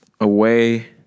Away